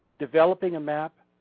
developing a map,